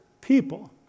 people